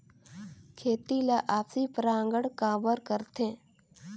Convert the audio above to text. खेती ला आपसी परागण काबर करथे?